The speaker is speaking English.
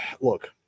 look